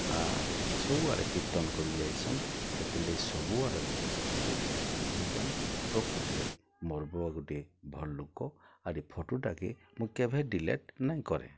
ଆର୍ ସବୁଆଡ଼େ କୀର୍ତ୍ତନ୍ କରି ଯାଇସନ୍ ସେଥିର୍ଲାଗି ସବୁଆଡ଼ର୍ ଲୋକ୍ ସେତାକୁ ଚିହ୍ନିଚନ୍ ପ୍ରକୁତ୍ରେ ମୋର୍ ବୁଆ ଗୋଟିଏ ଭଲ୍ ଲୋକ ଆର୍ ଏ ଫଟୋଟାକେ ମୁଁ କେଭେ ଡ଼ିଲେଟ୍ ନାଇଁ କରେ